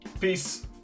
Peace